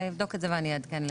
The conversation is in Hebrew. אני אבדוק את זה ואני אעדכן.